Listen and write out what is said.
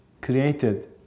created